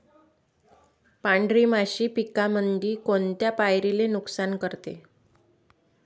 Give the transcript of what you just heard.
पांढरी माशी पिकामंदी कोनत्या पायरीले नुकसान करते?